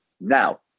Now